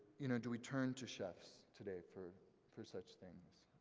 you know do we turn to chefs today for for such things?